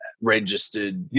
registered